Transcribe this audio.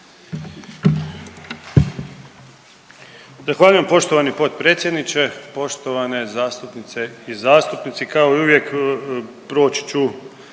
Hvala.